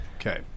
Okay